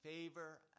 favor